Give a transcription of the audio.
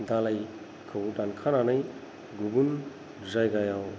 दालायखौ दानखानानै गुबुन जायगायाव